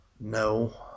no